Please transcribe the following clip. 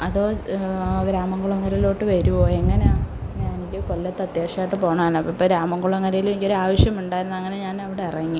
അതോ അവർ രാമൻകുളങ്ങരയിലോട്ട് വരുമോ എങ്ങനെയാ ഞാൻ എനിക്ക് കൊല്ലത്ത് അത്യാവശ്യം ആയിട്ട് പോവണേനു ഇപ്പോൾ രാമൻകുളങ്ങരയിൽ എനിക്കൊരാവശ്യം ഉണ്ടായിരുന്നു അങ്ങനെ ഞാൻ അവിടെ ഇറങ്ങി